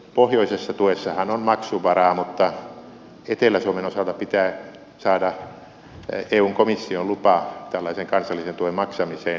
pohjoisessa tuessahan on maksuvaraa mutta etelä suomen osalta pitää saada eun komission lupa tällaisen kansallisen tuen maksamiseen